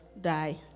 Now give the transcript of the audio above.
Die